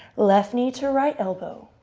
left knee to right elbow.